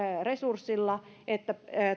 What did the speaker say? resursseilla että